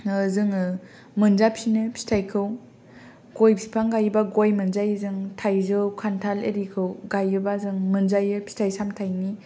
जोङो मोनजाफिनो फिथाइखौ गय बिफां गाइयोबा गय मोनजायो जों थाइजौ खान्थाल एरिखौ गाइयोबा जों मोनजायो फिथाइ सामथाइनि